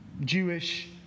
Jewish